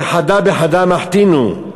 זה בחדא מחתא מחתינהו,